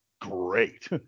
great